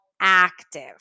active